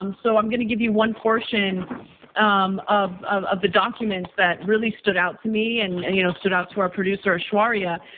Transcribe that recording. um so i'm gonna give you one portion um of of the documents that really stood out to me and you know stood out to our producer of sharia.